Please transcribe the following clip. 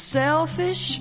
selfish